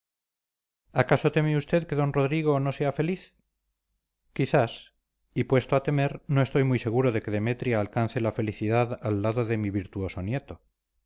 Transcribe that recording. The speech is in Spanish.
acaso teme usted que d rodrigo no sea feliz quizás y puesto a temer no estoy muy seguro de que demetria alcance la felicidad al lado de mi virtuoso nieto